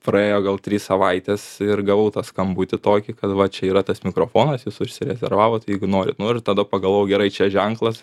praėjo gal trys savaitės ir gavau tą skambutį tokį kad va čia yra tas mikrofonas jūs užsirezervavot jeigu norit nu ir tada pagalvojau gerai čia ženklas